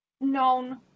known